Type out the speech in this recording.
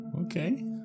okay